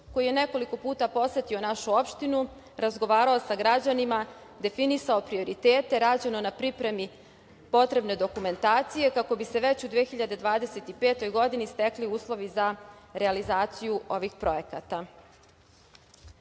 koji je nekoliko puta posetio našu opštinu, razgovarao sa građanima, definisao prioriteta. Rađeno je na pripremi potrebne dokumentacije kako bi se već u 2025. godini stekli uslovi za realizaciju ovih projekata. Ulaganje